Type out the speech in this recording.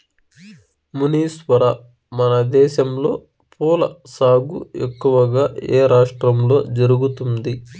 మునీశ్వర, మనదేశంలో పూల సాగు ఎక్కువగా ఏ రాష్ట్రంలో జరుగుతుంది